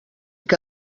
que